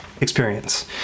experience